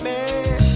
Man